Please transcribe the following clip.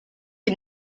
est